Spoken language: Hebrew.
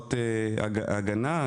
כיסאות הגנה,